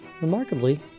Remarkably